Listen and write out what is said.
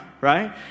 right